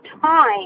time